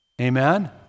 Amen